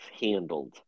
handled